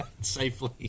safely